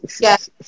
Yes